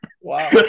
Wow